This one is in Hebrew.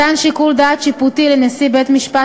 מתן שיקול דעת שיפוטי לנשיא בית-משפט